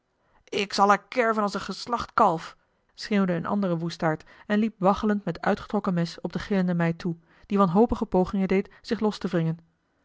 ik zal haar kerven als een geslacht kalf schreeuwde een andere woestaard en liep waggelend met uitgetrokken mes op de gillende meid toe die wanhopige pogingen deed zich los te wringen